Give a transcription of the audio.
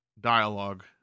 dialogue